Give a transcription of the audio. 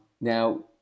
Now